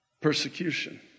persecution